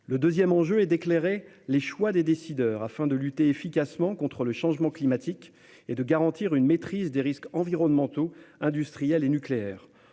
Le second enjeu est d'éclairer les choix des décideurs afin de lutter efficacement contre le changement climatique et de garantir une maîtrise des risques environnementaux, industriels et nucléaires.